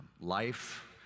life